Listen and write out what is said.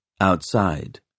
Outside